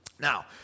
Now